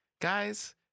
Guys